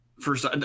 first